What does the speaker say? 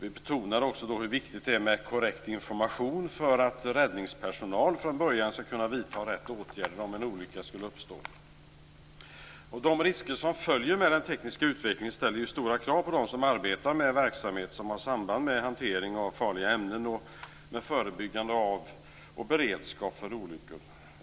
Vi betonade också hur viktigt det är med korrekt information för att räddningspersonal från början skall kunna vidta rätt åtgärder om en olycka skulle uppstå. De risker som följer med den tekniska utvecklingen ställer stora krav på dem som arbetar med verksamhet som har samband med hanteringen av farliga ämnen och med förebyggande av och beredskap för olyckor.